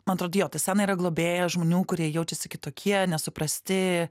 man atrodo jo ta scena globėja žmonių kurie jaučiasi kitokie nesuprasti